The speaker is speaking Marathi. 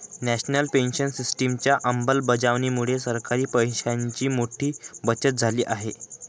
नॅशनल पेन्शन सिस्टिमच्या अंमलबजावणीमुळे सरकारी पैशांची मोठी बचत झाली आहे